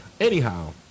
anyhow